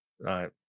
right